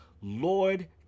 Lord